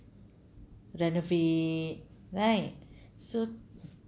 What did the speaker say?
renovate right so